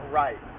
right